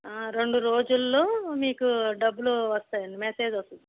రెండు రోజుల్లో మీకు డబ్బులు వస్తాయండి మెసేజ్ వస్తుంది